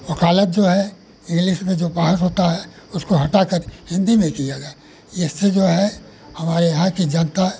वकालत जो है इंग्लिस में जो पढ़ाई होती है उसको हटा कर हिन्दी में ही किया गया था जिससे जो है हमारे यहाँ की जनता